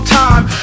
time